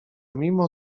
mimo